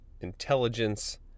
intelligence